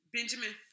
Benjamin